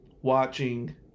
watching